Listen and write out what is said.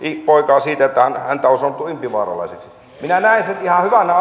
poikaa siitä että häntä on sanottu impivaaralaiseksi minä näen sen ihan hyvänä